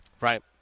Right